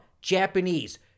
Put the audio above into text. Japanese